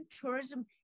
tourism